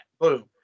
Boom